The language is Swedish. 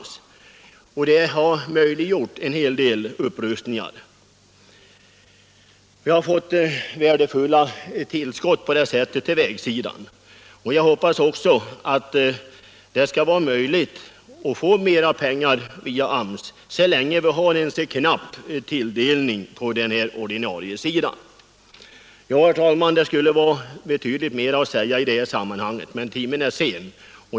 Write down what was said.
Dessa värdefulla tillskott har möjliggjort en hel del upprustning av vägarna. Jag hoppas också att det skall vara möjligt att få mer pengar via AMS, så länge tilldelningen är så knapp från det ordinarie hållet. Herr talman! Det skulle finnas betydligt mer att säga i sammanhanget, men timmen är sen.